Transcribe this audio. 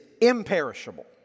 imperishable